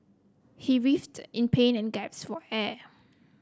he writhed in pain and gasped for air